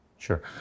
Sure